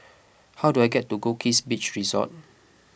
how do I get to Goldkist Beach Resort